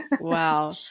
Wow